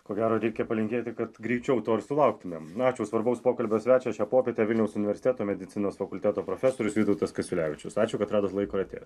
ko gero reikia palinkėti kad greičiau sulauktumėm na ačiū svarbaus pokalbio svečias šią popietę vilniaus universiteto medicinos fakulteto profesorius vytautas kasiulevičius ačiū kad radot laiko ir atėjot